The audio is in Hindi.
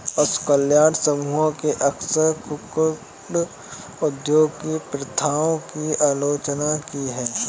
पशु कल्याण समूहों ने अक्सर कुक्कुट उद्योग की प्रथाओं की आलोचना की है